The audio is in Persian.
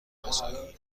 مساعی